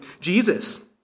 Jesus